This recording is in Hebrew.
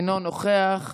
אינו נוכח.